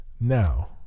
Now